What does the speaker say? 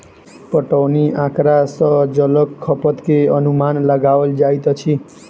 पटौनी आँकड़ा सॅ जलक खपत के अनुमान लगाओल जाइत अछि